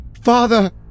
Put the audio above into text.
Father